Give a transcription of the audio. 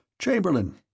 Chamberlain